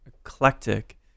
eclectic